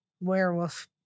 werewolf